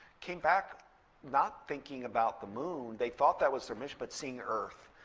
came back not thinking about the moon. they thought that was their mission, but seeing earth,